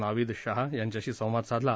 नाविद शाह यांच्याशी संवाद साधला